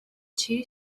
two